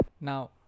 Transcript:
Now